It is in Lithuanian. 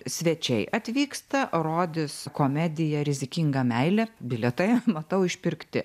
svečiai atvyksta rodys komediją rizikinga meilė bilietai matau išpirkti